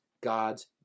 God's